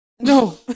No